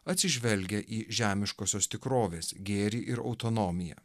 atsižvelgia į žemiškosios tikrovės gėrį ir autonomiją